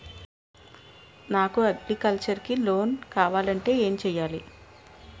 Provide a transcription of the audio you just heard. నాకు అగ్రికల్చర్ కి లోన్ కావాలంటే ఏం చేయాలి?